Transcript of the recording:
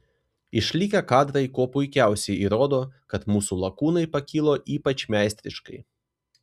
išlikę kadrai kuo puikiausiai įrodo kad mūsų lakūnai pakilo ypač meistriškai